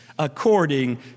According